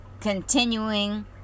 continuing